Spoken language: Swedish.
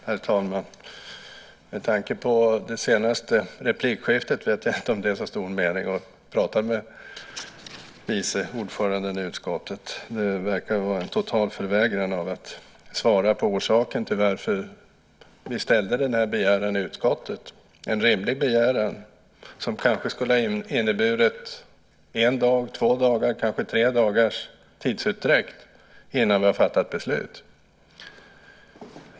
Herr talman! Med tanke på det senaste replikskiftet vet jag inte om det är så stor mening att prata med vice ordföranden i utskottet. Det verkar vara en total vägran att svara på frågor om orsaken till att vi ställde denna begäran i utskottet - en rimlig begäran, som kanske skulle ha inneburit en dags, två dagars eller kanske tre dagars tidsutdräkt innan vi fattat beslut.